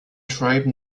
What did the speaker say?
tribe